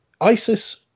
ISIS